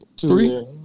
Three